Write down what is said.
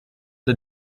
the